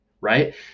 right